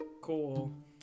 cool